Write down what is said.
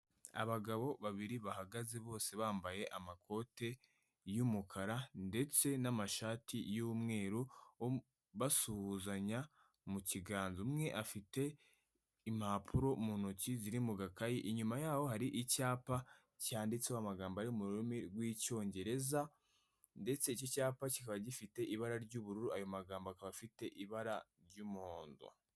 Abagabo babiri bahagaze bose bambaye amakoti y'umukara ndetse n'amashati y'umweru basuhuzanya mu kiganza, umwe afite impapuro mu ntoki ziri mu gakayi, inyuma yaho hari icyapa cyanditseho amagambo ari mu rurimi rw'icyongereza, ndetse iki cyapa kikaba gifite ibara ry'ubururu, ayo magambo akaba afite ibara ry'umuhondo.